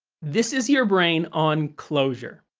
this is your brain on closure.